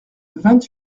vingt